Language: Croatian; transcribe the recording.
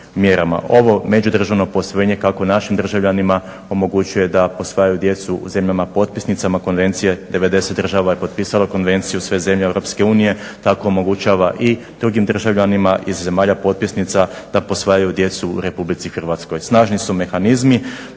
Ovo međudržavno posvojenje kako našim državljanima omogućuje da posvajaju djecu u zemljama potpisnicama konvencije, 90 država je potpisao konvenciju, sve zemlje EU, tako omogućava i drugim državljanima iz zemalja potpisnica da posvajaju djecu u RH. Snažni su mehanizmi,